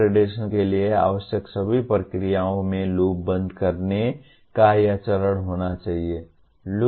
accreditation के लिए आवश्यक सभी प्रक्रियाओं में लूप बंद करने का यह चरण होना चाहिए